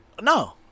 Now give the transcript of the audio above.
No